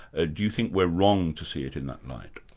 ah do you think we're wrong to see it in that light?